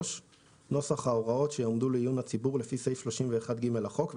נוסח ההוראות שהועמדו לעיון הציבור לפי סעיף 31ג לחוק,